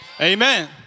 Amen